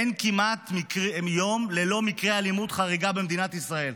אין כמעט יום ללא מקרי אלימות חריגה במדינת ישראל.